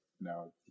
no